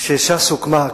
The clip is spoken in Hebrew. כשש"ס הוקמה,